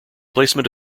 placement